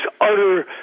utter